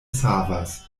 savas